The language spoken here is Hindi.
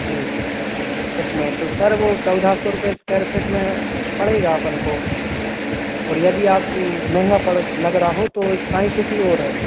जी उसमें तो सर वह चौदह सौ रुपये स्क्वायर फिट में पड़ेगा अपन को और यदि आप महँगा पड़ लग रहा हो तो साईं सिटी और है